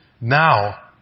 Now